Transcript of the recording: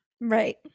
Right